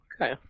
Okay